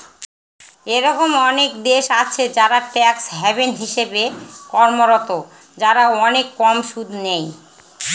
এরকম অনেক দেশ আছে যারা ট্যাক্স হ্যাভেন হিসেবে কর্মরত, যারা অনেক কম সুদ নেয়